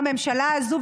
בממשלה הזו,